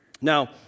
Now